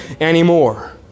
anymore